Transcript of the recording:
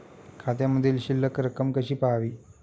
खात्यामधील शिल्लक रक्कम कशी पहावी?